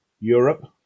Europe